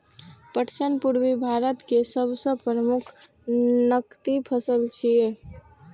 पटसन पूर्वी भारत केर सबसं प्रमुख नकदी फसल छियै